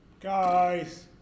Guys